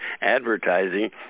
Advertising